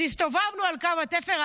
זה הסתובבנו על קו התפר,